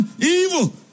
evil